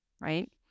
right